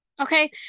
okay